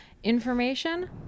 information